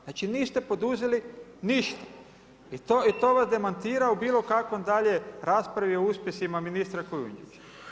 Znači niste poduzeli ništa i to vas demantira u bilokakvoj dalje raspravi o uspjesima ministra Kujundžića.